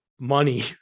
money